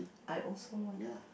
I also want